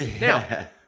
Now